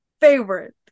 Favorite